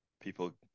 People